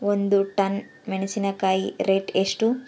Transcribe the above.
ಒಂದು ಟನ್ ಮೆನೆಸಿನಕಾಯಿ ರೇಟ್ ಎಷ್ಟು?